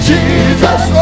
Jesus